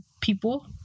people